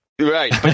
Right